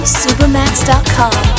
supermax.com